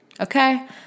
Okay